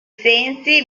sensi